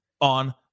on